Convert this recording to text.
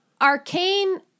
arcane